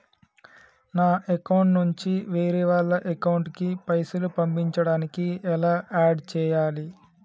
నా అకౌంట్ నుంచి వేరే వాళ్ల అకౌంట్ కి పైసలు పంపించడానికి ఎలా ఆడ్ చేయాలి?